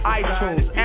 iTunes